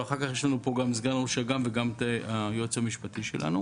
ואחר כך יש לנו פה גם את סגן ראש אג"מ וגם את היועץ המשפטי שלנו.